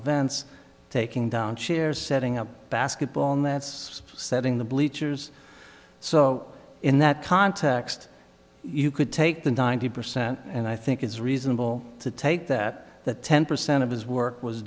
events taking down chairs setting up basketball and that's setting the bleachers so in that context you could take the ninety percent and i think it's reasonable to take that that ten percent of his work was